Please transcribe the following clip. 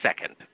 second